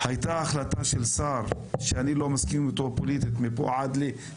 הייתה החלטה של שר שאני לא מסכים אתו פוליטית אבל אני